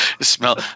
Smell